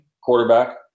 Quarterback